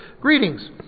Greetings